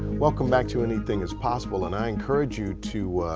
welcome back to anything is possible. and i encourage you to.